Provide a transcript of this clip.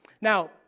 Now